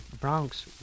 Bronx